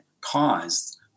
caused